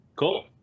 Cool